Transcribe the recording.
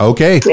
Okay